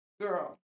Girl